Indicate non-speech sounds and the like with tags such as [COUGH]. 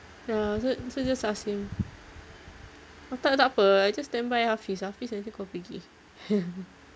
ya so so just ask him kalau tak takpe I just standby hafiz hafiz nanti kau pergi [LAUGHS]